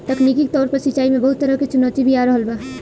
तकनीकी तौर पर सिंचाई में बहुत तरह के चुनौती भी आ रहल बा